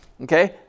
okay